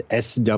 SW